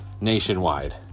nationwide